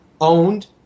owned